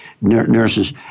nurses